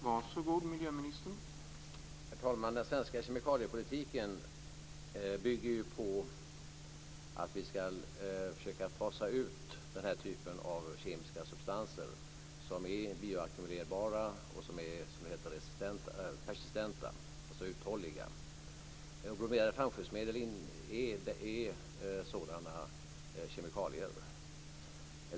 Herr talman! Den svenska kemikaliepolitiken bygger på att vi ska försöka fasa ut den typ av kemiska substanser som är bioackumulerbara och som är persistenta, alltså uthålliga. Bromerade flamskyddsmedel är sådana kemikalier.